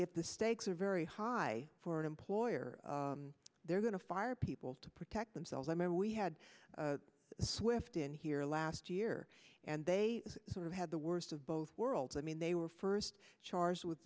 if the stakes are very high for an employer they're going to fire people to protect themselves i mean we had a swift in here last year and they sort of had the worst of both worlds i mean they were first charged with